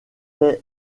paix